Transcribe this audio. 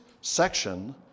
section